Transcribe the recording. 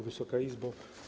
Wysoka Izbo!